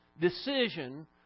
decision